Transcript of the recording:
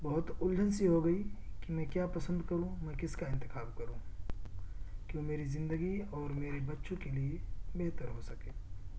بہت الجھن سی ہوگئی کہ میں کیا پسند کروں میں کس کا انتخاب کروں کہ وہ میری زندگی اور میرے بچوں کے لیے بہتر ہو سکے